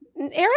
Eric